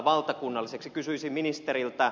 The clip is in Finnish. kysyisin ministeriltä